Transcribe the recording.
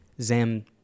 Zam-